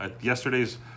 yesterday's